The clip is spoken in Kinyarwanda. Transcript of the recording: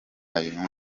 nyungu